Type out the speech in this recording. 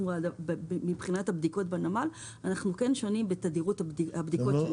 מבחינת הבדיקות בנמל אנחנו שונים בתדירות הבדיקות.